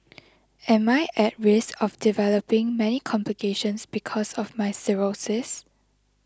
am I at risk of developing many complications because of my cirrhosis